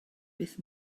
beth